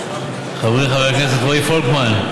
חברי חבר הכנסת רועי פולקמן,